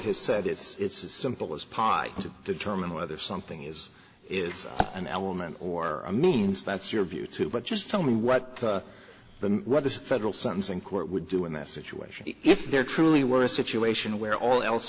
has said it's as simple as possible to determine whether something is is an element or a means that's your view too but just tell me what the what the federal sentencing court would do in that situation if there truly were a situation where all else